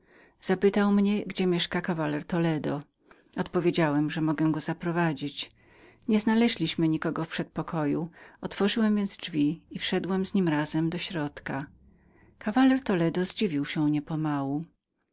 zapytał mnie gdzie mieszkał kawaler toledo odpowiedziałem że mogę go zaprowadzić nie znaleźliśmy nikogo w przedpokoju otworzyłem więc drzwi i wszedłem z nim razem do głównej komnaty kawaler toledo zdziwił się niepomału